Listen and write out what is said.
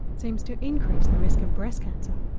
seems to increase the risk of breast cancer.